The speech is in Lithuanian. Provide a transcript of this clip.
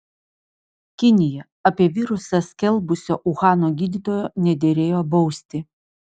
kinija apie virusą skelbusio uhano gydytojo nederėjo bausti